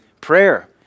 prayer